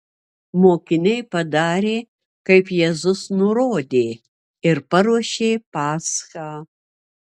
mokiniai padarė kaip jėzus nurodė ir paruošė paschą